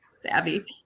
savvy